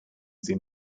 sie